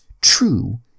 true